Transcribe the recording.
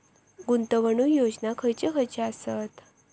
गुंतवणूक योजना खयचे खयचे आसत?